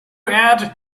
add